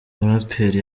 muraperi